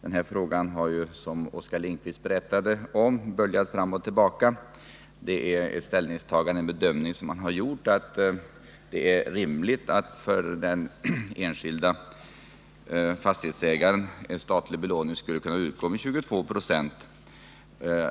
Den här frågan har ju, som Oskar Lindkvist berättade om, böljat fram och tillbaka. Här har vi gjort det ställningstagandet att det är rimligt att för den enskilde fastighetsägaren en statlig belåning skulle kunna utgå med 22 96.